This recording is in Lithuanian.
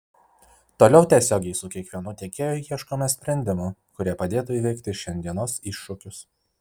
toliau tiesiogiai su kiekvienu tiekėju ieškome sprendimų kurie padėtų įveikti šiandienos iššūkius